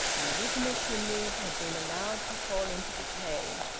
the original chimneys had been allowed to fall into decay.